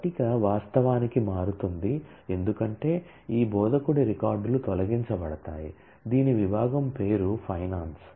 పట్టిక వాస్తవానికి మారుతోంది ఎందుకంటే ఈ బోధకుడి రికార్డులు తొలగించబడతాయి దీని విభాగం పేరు ఫైనాన్స్